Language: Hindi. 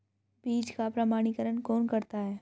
बीज का प्रमाणीकरण कौन करता है?